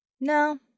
No